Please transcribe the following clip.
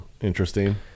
interesting